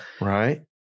Right